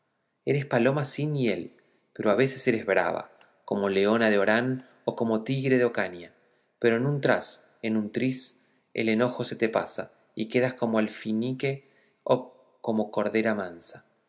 eres paloma sin hiel pero a veces eres brava como leona de orán o como tigre de ocaña pero en un tras en un tris el enojo se te pasa y quedas como alfinique o como cordera mansa